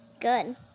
good